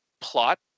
plot